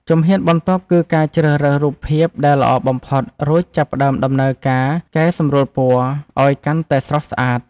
ជំហានបន្ទាប់ គឺការជ្រើសរើសរូបភាពដែលល្អបំផុត រួចចាប់ផ្ដើមដំណើរការកែសម្រួលពណ៌ ឱ្យកាន់តែស្រស់ស្អាត។